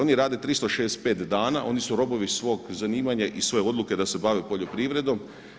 Oni rade 365 dana, oni su robovi svog zanimanja i svoje odluke da se bave poljoprivredom.